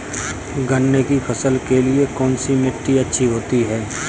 गन्ने की फसल के लिए कौनसी मिट्टी अच्छी होती है?